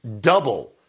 double